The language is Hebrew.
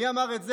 מי אמר את זה?